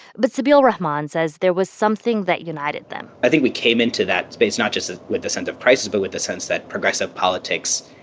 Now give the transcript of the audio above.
but sabeel rahman says there was something that united them i think we came into that space not just with the sense of crisis but with the sense that progressive politics,